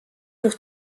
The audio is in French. pour